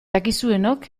dakizuenok